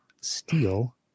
steel